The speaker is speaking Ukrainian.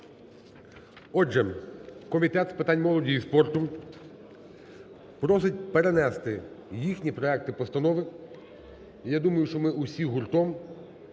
Отже, Комітет з питань молоді і спорту просить перенести їхні проекти постанови. І я думаю, що ми усі гуртом